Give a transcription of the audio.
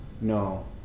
No